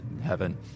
heaven